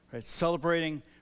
celebrating